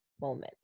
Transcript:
moment